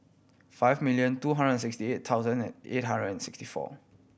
five million two hundred and sixty eight thousand and eight hundred and sixty four